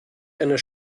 einer